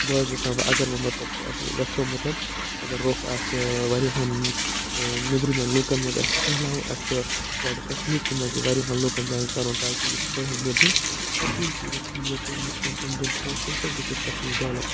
بہٕ حظ وٮ۪ژھان وٕ اگر وٕ مطلب أسۍ وٮ۪ژھَو مطلب اگر روٚف آسہِ وارایاہَن نٮ۪برِمَن لوٗکَن منٛز اَسہِ پھہلاوُن اَسہِ چھُ گۄڈٕ کَشمیٖرسٕے منٛز یہِ واریاہَن لوٗکَن جایَن کَرُن تاکہِ یہِ پھہلہِ نٮ۪برٕ پتہٕ یِن ٹوٗرِشٹ یور تِم وُچھَن تِم دِن پونٛسہٕ تٔمۍ سۭتۍ گژھِ اَسہِ کَشمیٖر ڈٮ۪ولَپ